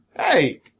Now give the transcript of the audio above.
Hey